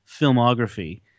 filmography